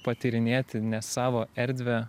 patyrinėti ne savo erdvę